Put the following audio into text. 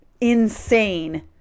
insane